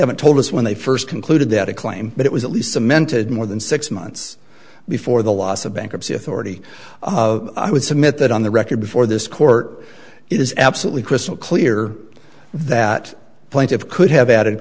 haven't told us when they first concluded that a claim that it was at least cemented more than six months before the loss of bankruptcy authority i would submit that on the record before this court it is absolutely crystal clear that plenty of could have added